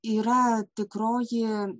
yra tikroji